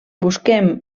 busquem